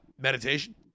meditation